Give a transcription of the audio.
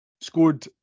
scored